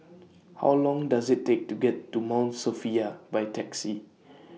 How Long Does IT Take to get to Mount Sophia By Taxi